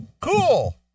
Cool